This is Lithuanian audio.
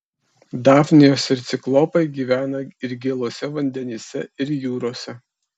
dafnijos ir ciklopai gyvena ir gėluose vandenyse ir jūrose